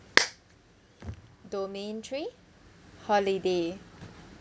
domain three holiday